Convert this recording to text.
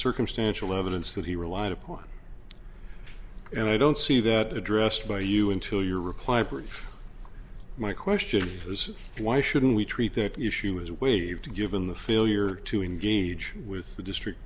circumstantial evidence that he relied upon and i don't see that addressed by you into your reply brief my question was why shouldn't we treat that issue was waived given the failure to engage with the district